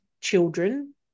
children